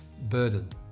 Burden